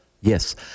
Yes